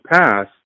Pass